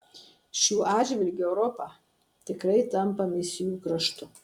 šiuo atžvilgiu europa tikrai tampa misijų kraštu